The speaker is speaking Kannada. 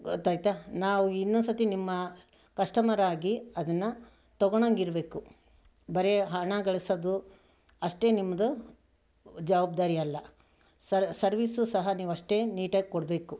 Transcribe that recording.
ಗೊತ್ತಾಯ್ತ ನಾವು ಇನ್ನೊಂದು ಸರ್ತಿ ನಿಮ್ಮ ಕಸ್ಟಮರಾಗಿ ಅದನ್ನು ತೊಗೊಳ್ಳೋಂಗಿರ್ಬೇಕು ಬರಿ ಹಣ ಗಳಿಸೋದು ಅಷ್ಟೇ ನಿಮ್ದು ಜವಬ್ದಾರಿ ಅಲ್ಲ ಸರ್ ಸರ್ವೀಸು ಸಹ ನೀವು ಅಷ್ಟೇ ನೀಟಾಗಿ ಕೊಡಬೇಕು